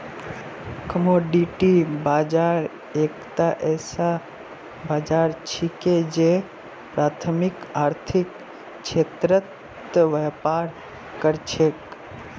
commodity बाजार एकता ऐसा बाजार छिके जे प्राथमिक आर्थिक क्षेत्रत व्यापार कर छेक